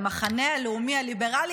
"המחנה הלאומי-הליברלי",